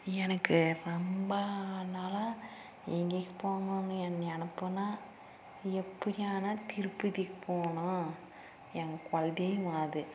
எனக்கு ரொம்ப நாளாக எங்கேயாச்சும் போகணுமே என்னை அனுப்பினா எப்படியான திருப்பதிக்கு போகணும் எங்கள் குல தெய்வம் அது